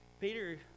Peter